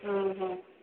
ହଁ ହଁ